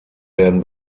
werden